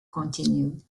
continued